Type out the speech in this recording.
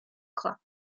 club